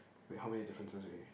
wait how many differences already